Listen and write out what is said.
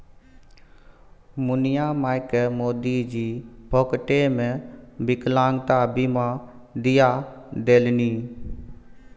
मुनिया मायकेँ मोदीजी फोकटेमे विकलांगता बीमा दिआ देलनि